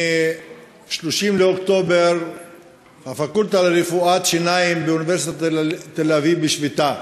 מ-30 באוקטובר הפקולטה לרפואת שיניים באוניברסיטת תל-אביב בשביתה.